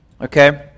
okay